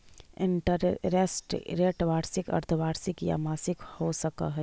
interest rate वार्षिक, अर्द्धवार्षिक या मासिक हो सकऽ हई